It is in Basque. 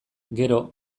gero